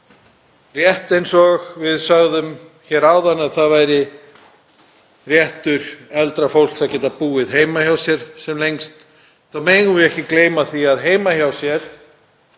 Rétt eins og við sögðum hér áðan að það væri réttur eldra fólks að geta búið heima hjá sér sem lengst þá megum við ekki gleyma því að „heima hjá sér“